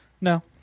No